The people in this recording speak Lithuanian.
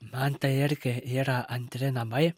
man tai irgi yra antri namai